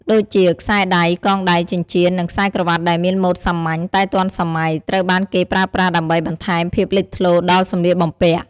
ដូចជា ខ្សែដៃ កងដៃ ចិញ្ចៀន និងខ្សែក្រវ៉ាត់ដែលមានម៉ូដសាមញ្ញ តែទាន់សម័យ ត្រូវបានគេប្រើប្រាស់ដើម្បីបន្ថែមភាពលេចធ្លោដល់សម្លៀកបំពាក់។